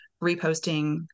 reposting